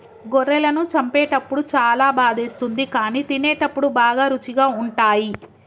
గొర్రెలను చంపేటప్పుడు చాలా బాధేస్తుంది కానీ తినేటప్పుడు బాగా రుచిగా ఉంటాయి